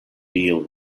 deal